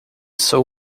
sou